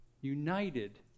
united